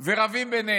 רבים ביניהם.